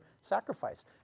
sacrifice